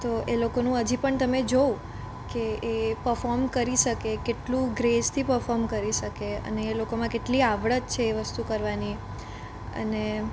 તો એ લોકોનું હજી પણ તમે જોવ કે એ પર્ફોમ કરી શકે કેટલું ગ્રેસથી પફોર્મ કરી શકે અને એ લોકોમાં કેટલી આવડત છે એ વસ્તુ કરવાની અને